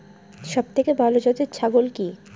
সবথেকে ভালো জাতের ছাগল কি?